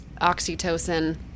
oxytocin